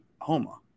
Homa